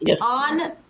on